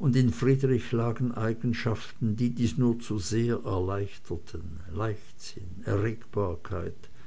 und in friedrich lagen eigenschaften die dies nur zu sehr erleichterten leichtsinn